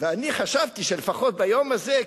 ואני חשבתי שלפחות ביום הזה,